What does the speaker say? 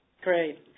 Great